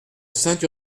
sainte